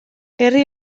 herri